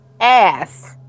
ass